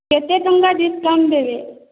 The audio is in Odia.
କେତେ ଟଙ୍କା ଡ଼ିସକାଉଣ୍ଟ ଦେବେ